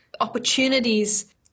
opportunities